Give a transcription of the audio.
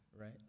right